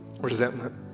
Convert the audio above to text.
resentment